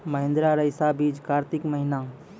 महिंद्रा रईसा बीज कार्तिक महीना?